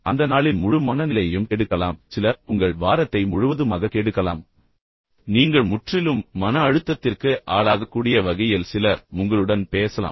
அந்த நாளின் முழு மனநிலையையும் கெடுக்கலாம் சிலர் உங்கள் வாரத்தை முழுவதுமாக கெடுக்கலாம் நீங்கள் முற்றிலும் மன அழுத்தத்திற்கு ஆளாகக்கூடிய வகையில் சிலர் உங்களுடன் பேசலாம்